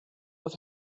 with